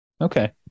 Okay